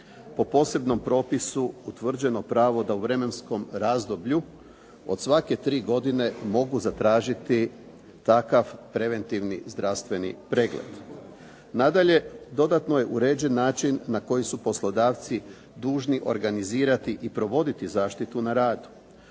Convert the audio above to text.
po posebnom propisu utvrđeno pravo da u vremenskom razdoblju od svake tri godine mogu zatražiti takav preventivni zdravstveni pregled. Nadalje, dodatno je uređen način na koji su poslodavci dužni organizirati i provoditi zaštitu na radu.